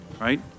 right